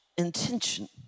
Intention